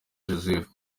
joseph